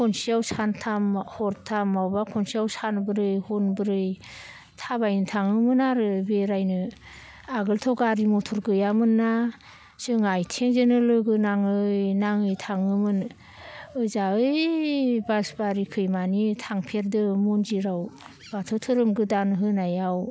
खनसेयाव सानथाम हरथाम अबावबा खनसेयाव सानब्रै हरब्रै थाबायनो थाङोमोन आरो बेरायनो आगोलथ' गारि मथर गैयामोनना जोंहा आथिंजोंनो लोगो नाङै नाङै थाङोमोन ओजा बै बासबारिखैमानि थांफेरदों मन्दिराव बाथौ धोरोम गोदान होनायाव